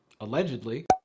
allegedly